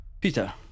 Peter